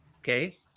Okay